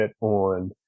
on